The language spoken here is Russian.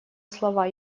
слова